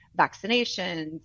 vaccinations